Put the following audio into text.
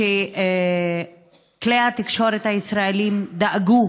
כלי התקשורת הישראליים דאגו